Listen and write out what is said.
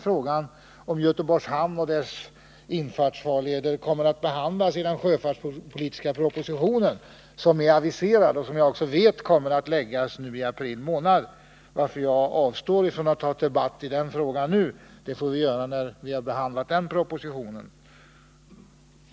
Frågan om Göteborgs hamn och dess infartsfarleder kommer dessutom att behandlas i den sjöfartspolitiska proposition som är aviserad och som jag vet kommer att läggas fram i april månad. Jag avstår därför från att ta debatt om den frågan nu. Den får vi diskutera när vi har behandlat propositionen.